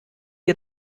wir